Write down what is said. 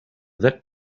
that